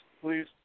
please